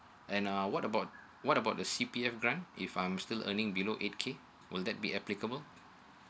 and uh what about what about the c p f grant if I'm still earning below eight k would that be applicable